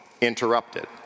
interrupted